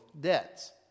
debts